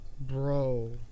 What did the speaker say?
bro